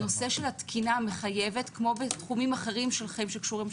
הנושא של התקינה המחייבת כמו בתחומים אחרים של חיים שקשורים,